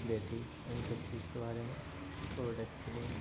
वे थी इन सब चीज़ के बारे में प्रोडक्ट के लिए